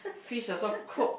fish also cook